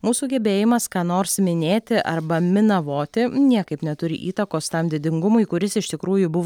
mūsų gebėjimas ką nors minėti arba minavoti niekaip neturi įtakos tam didingumui kuris iš tikrųjų buvo